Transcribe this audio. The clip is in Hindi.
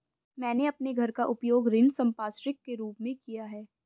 मैंने अपने घर का उपयोग ऋण संपार्श्विक के रूप में किया है